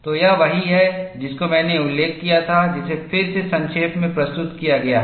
तो यह वही है जिसका मैंने उल्लेख किया था जिसे फिर से संक्षेप में प्रस्तुत किया गया है